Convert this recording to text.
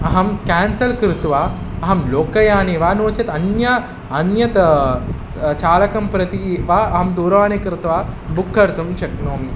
अहं क्यान्सल् कृत्वा अहं लोकयाने वा नो चेत् अन्य अन्यत् चालकं प्रति वा अहं दूरवाणीं कृत्वा बुक् कर्तुं शक्नोमि